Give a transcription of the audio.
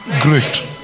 great